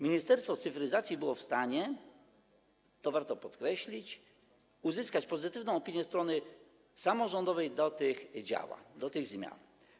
Ministerstwo Cyfryzacji było w stanie - to warto podkreślić - uzyskać pozytywną opinię strony samorządowej na temat tych działań, tych zmian.